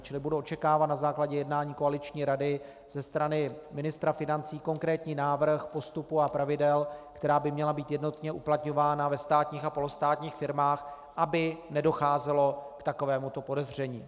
Čili budu očekávat na základě jednání koaliční rady ze strany ministra financí konkrétní návrh postupu a pravidel, která by měla být jednotně uplatňována ve státních a polostátních firmách, aby nedocházelo k takovémuto podezření.